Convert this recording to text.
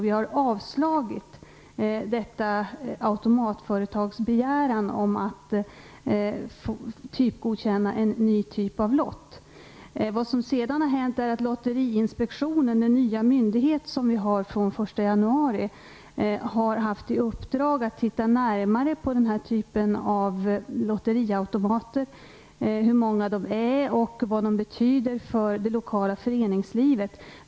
Vi har avslagit automatföretagets begäran att få typgodkänna en ny typ av lott. Lotteriinspektionen, den nya myndighet vi har från 1 januari, har i uppdrag att titta närmare på lotteriapparater för att ta reda på hur många de är och vad de betyder för det lokala föreningslivet.